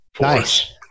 Nice